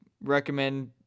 recommend